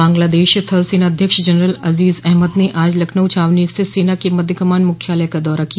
बांग्लादेश थल सेनाध्यक्ष जनरल अजीज अहमद ने आज लखनऊ छावनी स्थित सेना के मध्य कमान मुख्यालय का दौरा किया